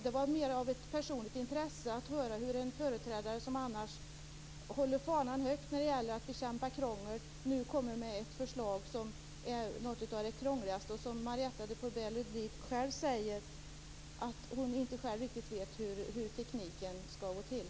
Det var mera av ett personligt intresse att höra en företrädare som annars håller fanan högt när det gäller att bekämpa krångel, nu kommer med det krångligaste förslaget. Marietta de Pourbaix-Lundin säger själv att hon inte riktigt vet hur det skall gå till tekniskt sett.